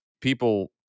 people